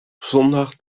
zondag